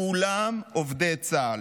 כולם עובדי צה"ל.